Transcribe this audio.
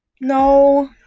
No